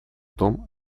том